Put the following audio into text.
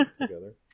together